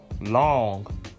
long